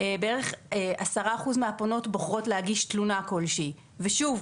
בערך עשרה אחוז מהפונות בוחרות להגיש תלונה כל שהיא ושוב,